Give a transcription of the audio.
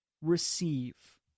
receive